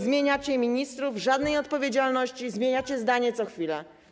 Zmieniacie ministrów, żadnej odpowiedzialności, zmieniacie zdanie co chwilę.